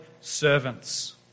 servants